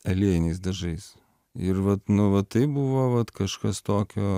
aliejiniais dažais ir vat nu va tai buvo vat kažkas tokio